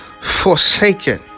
forsaken